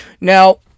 Now